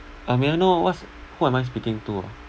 uh may I know what's who am I speaking to ah